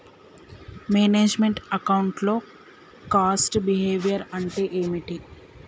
Manage meant account లో cost behaviour అంటే ఏమిటి?